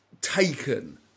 taken